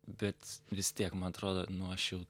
bet vis tiek man atrodo nu aš jau